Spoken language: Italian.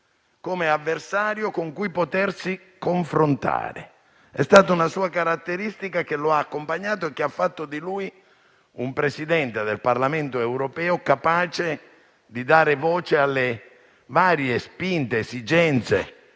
come avversario con cui potersi confrontare. È stata una sua caratteristica, che lo ha accompagnato e ha fatto di lui un Presidente del Parlamento europeo capace di dare voce alle varie spinte, esigenze,